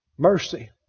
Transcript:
Mercy